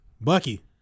Bucky